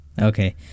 Okay